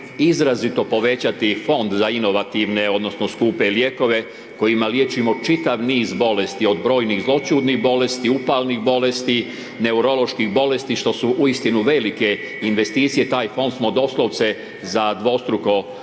izrazito povećati fond za inovativne odnosno skupe lijekove kojima liječimo čitav niz bolesti, od brojnih zloćudnih bolesti, upalnih bolesti, neuroloških bolesti što su uistinu velike investicije taj fond smo doslovce za dvostruko povećali.